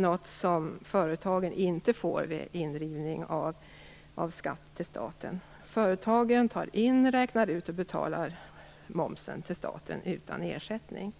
något som företagen inte får göra vid indrivning av skatt till staten. Företagen tar in, räknar ut och betalar momsen till staten utan ersättning.